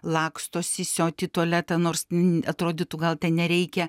laksto sisiot į tualetą nors atrodytų gal ten nereikia